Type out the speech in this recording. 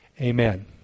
Amen